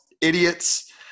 idiots